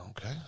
okay